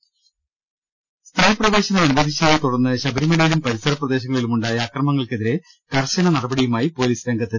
ൾ ൽ ൾ സ്ത്രീപ്രവേശനം അനുവദിച്ചതിനെ തുടർന്ന് ശബരിമലയിലും പരിസര പ്രദേശങ്ങളിലുമുണ്ടായ അക്രമങ്ങൾക്കെതിരെ കർശന നട പടിയുമായി പൊലീസ് രംഗത്ത്